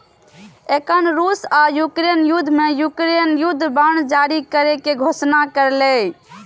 एखन रूस आ यूक्रेन युद्ध मे यूक्रेन युद्ध बांड जारी करै के घोषणा केलकैए